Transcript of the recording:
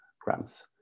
grams